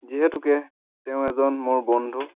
যিহেতুকে তেওঁ এজন মোৰ বন্ধু